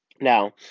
Now